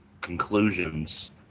conclusions